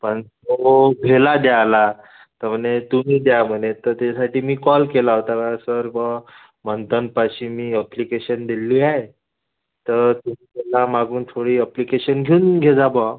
पण तो भ्याला द्यायला तर म्हणे तुम्ही द्या म्हणे तर त्याच्यासाठी मी कॉल केला होता बा सर बुवा मंथनपाशी मी अप्लिकेशन दिली आहेतर त्याला मागून थोडी अप्लिकेशन घेऊन घेजा बुवा